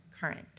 current